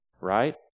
right